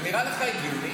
זה נראה לך הגיוני?